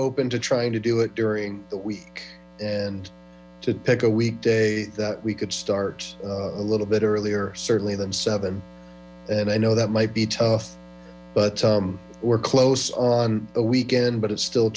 open to trying to do it during the week and pick a weekday that we could start a little bit earlier certainly than and i know that might be tough but we're close on a weekend but it's still